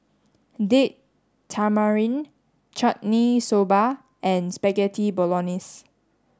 Date Tamarind Chutney Soba and Spaghetti Bolognese